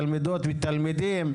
תלמידות ותלמידים.